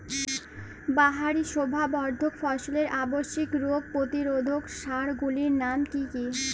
বাহারী শোভাবর্ধক ফসলের আবশ্যিক রোগ প্রতিরোধক সার গুলির নাম কি কি?